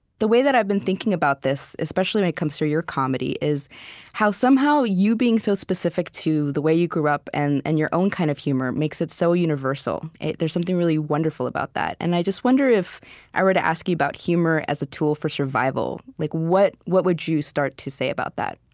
the way that i've been thinking about this, especially when it comes through your comedy, is how somehow you being so specific to the way you grew up and and your own kind of humor makes it so universal. there's something really wonderful about that. and i just wonder if i were to ask you about humor as a tool for survival, like what what would you start to say about that?